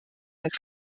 roedd